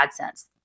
AdSense